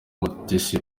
umutesi